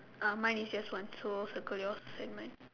ah mine is just one so circle yours and mine